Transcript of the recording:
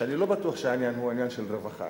שאני לא בטוח שהעניין הוא עניין של רווחה,